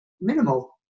minimal